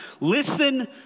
Listen